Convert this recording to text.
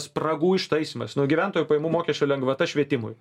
spragų ištaisymas nu gyventojų pajamų mokesčio lengvata švietimui